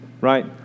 right